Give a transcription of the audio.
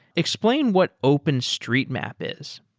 explain what openstreetmap is.